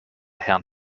herrn